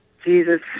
Jesus